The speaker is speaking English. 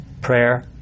prayer